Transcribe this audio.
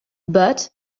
but